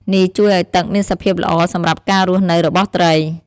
នេះជួយឲ្យទឹកមានសភាពល្អសម្រាប់ការរស់នៅរបស់ត្រី។